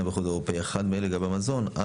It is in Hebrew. באיחוד האירופי - אחד מאלה לגבי המזון: